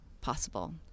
possible